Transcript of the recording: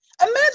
Imagine